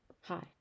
Hi